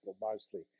mostly